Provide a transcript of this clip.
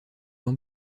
jean